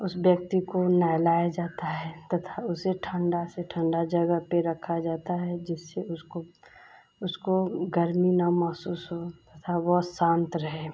उस व्यक्ति को नहलाया जाता है तथा उसे ठंडा से ठंडा जगह पर रखा जाता है जिससे उसको उसको गर्मी न महसूस हो तथा वो सांत रहे